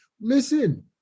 Listen